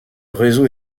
réseau